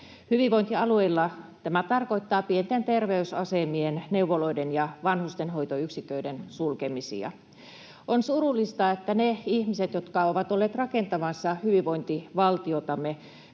Hyvinvointialueilla tämä tarkoittaa pienten terveysasemien, neuvoloiden ja vanhustenhoitoyksiköiden sulkemisia. On surullista, että ne ihmiset, jotka ovat olleet rakentamassa hyvinvointivaltiotamme